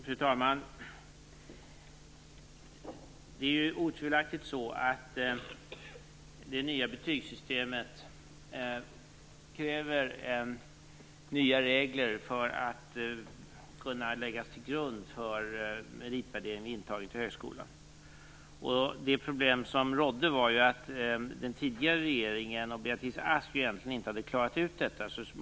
Fru talman! Det är otvivelaktigt så att det krävs nya regler i det nya betygssystemet för att detta skall kunna läggas till grund för meritvärdering vid intagning till högskolan. Det problem som rådde var att den tidigare regeringen och Beatrice Ask egentligen inte hade klarat ut detta.